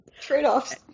Trade-offs